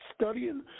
studying